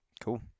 Cool